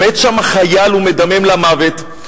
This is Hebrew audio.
שוכב שם חייל ומדמם למוות,